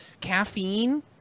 Caffeine